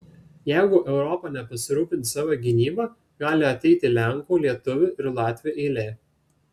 jeigu europa nepasirūpins savo gynyba gali ateiti lenkų lietuvių ir latvių eilė